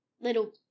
little